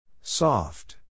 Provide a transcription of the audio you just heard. Soft